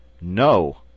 No